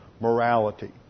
morality